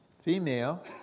female